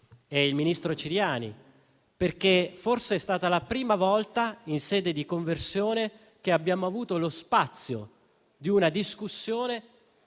e il ministro Ciriani, perché forse è stata la prima volta che, in sede di conversione, abbiamo avuto lo spazio di una discussione